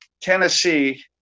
Tennessee